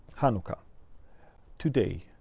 hanukkah today.